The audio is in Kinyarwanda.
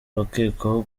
bakekwaho